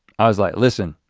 i was like listen,